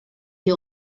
die